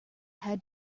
had